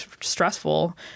stressful